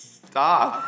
stop